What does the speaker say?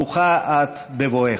ברוכה את בבואך!